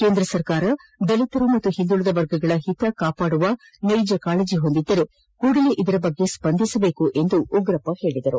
ಕೇಂದ್ರ ಸರ್ಕಾರ ದಲಿತರು ಮತ್ತು ಹಿಂದುಳಿದ ವರ್ಗಗಳ ಹಿತ ಕಾಪಾಡುವ ನೈಜ ಕಾಳಜ ಹೊಂದಿದ್ದರೆ ಕೂಡಲೇ ಇದರ ಬಗ್ಗೆ ಸ್ವಂದಿಸಬೇಕು ಎಂದು ಉಗ್ರಪ್ಪ ಹೇಳಿದರು